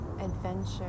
adventure